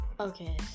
Okay